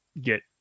get